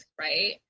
right